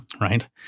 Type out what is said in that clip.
Right